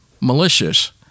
malicious